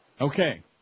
Okay